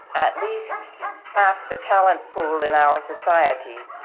at least half the talent pool in our society